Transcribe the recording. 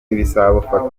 ibisaba